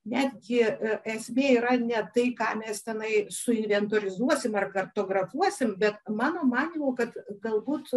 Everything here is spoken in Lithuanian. netgi esmė yra ne tai ką mes tenai suinventorizuosim ar kartografuosim bet mano manymu kad galbūt